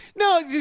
No